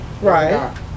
Right